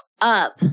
up